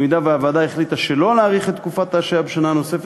אם החליטה הוועדה שלא להאריך את תקופת ההשעיה בשנה נוספת,